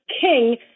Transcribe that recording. king